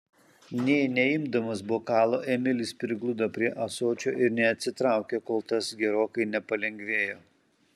nė neimdamas bokalo emilis prigludo prie ąsočio ir neatsitraukė kol tas gerokai nepalengvėjo